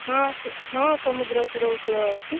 ହଁ ସ ହଁ ସମୁଦ୍ର କୂଳ ଅଛି